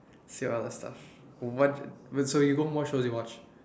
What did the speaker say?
sure other stuff what what so you don't watch or you watch